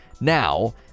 now